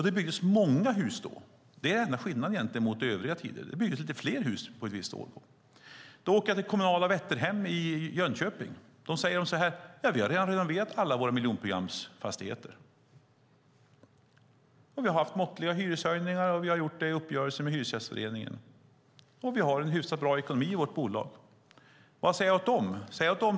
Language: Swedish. Det byggdes många hus då. Det är den enda skillnaden mot andra tider. Det byggdes lite fler hus ett visst år. På kommunala Vätterhem i Jönköping säger man att man redan har renoverat alla sina miljonprogramsfastigheter. Vi har haft måttliga hyreshöjningar, och de har skett i uppgörelser med Hyresgästföreningen. Vi har också en hyfsat bra ekonomi i vårt bolag. Vad ska jag säga till dem?